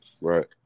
Right